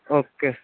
okay